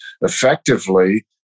effectively